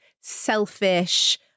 selfish